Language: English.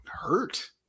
hurt